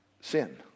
Sin